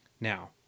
Now